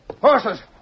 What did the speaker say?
Horses